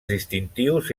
distintius